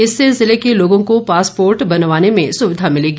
इससे जिले के लोगों को पासपोर्ट बनवाने में सुविधा मिलेगी